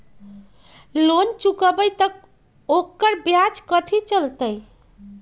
Loan चुकबई त ओकर ब्याज कथि चलतई?